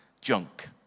junk